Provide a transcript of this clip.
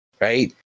Right